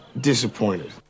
disappointed